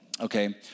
Okay